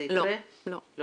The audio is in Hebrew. לא, אבל